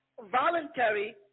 voluntary